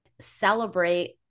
celebrate